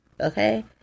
okay